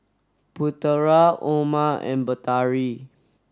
Putera Omar and Batari